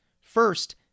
First